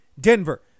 Denver